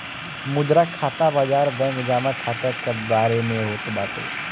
मुद्रा खाता बाजार बैंक जमा खाता के बारे में होत बाटे